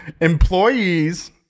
employees